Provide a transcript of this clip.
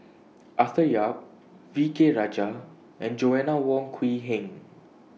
Arthur Yap V K Rajah and Joanna Wong Quee Heng